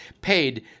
paid